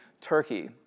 Turkey